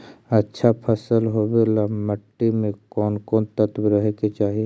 अच्छा फसल होबे ल मट्टी में कोन कोन तत्त्व रहे के चाही?